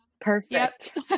perfect